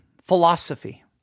philosophy